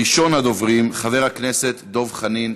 ראשון הדוברים, חבר הכנסת דב חנין.